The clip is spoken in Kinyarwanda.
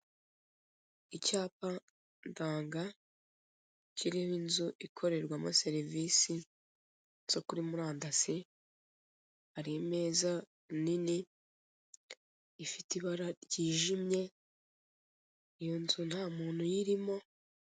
Icyapa ndanga kiriho inzu ikorerwamo serivisi zo kuri murandasi hari imeza nini ifite ibara ryijimye iyo nzu nta muntu uyirimo.